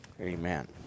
Amen